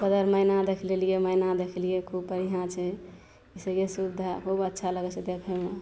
बदरमैना देखि लेलिए मैना देखलिए खूब बढ़िआँ छै से ई सुविधा बहुत अच्छा लगै छै देखैमे